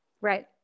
Right